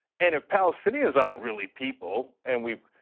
and if palestinians aren't really people, and we've